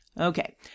Okay